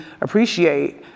appreciate